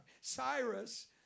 Cyrus